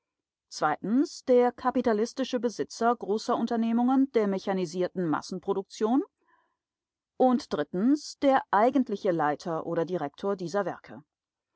der kapitalistische besitzer großer unternehmungen der mechanisierten massenproduktionen und der eigentliche leiter oder direktor dieser werke